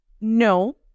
No